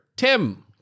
Tim